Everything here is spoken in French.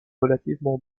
relativement